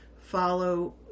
follow